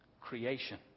creation